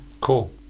Cool